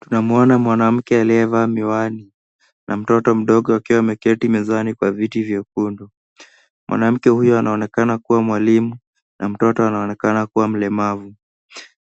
Tunamwona mwanamke aliyevaa miwani na mtoto mdogo akiwa ameketi mezani kwa viti vyekundu. Mwanamke huyo anaonekana kuwa mwalimu na mtotot anaonekana kuwa mlemavu.